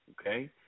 Okay